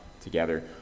together